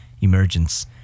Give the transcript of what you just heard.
Emergence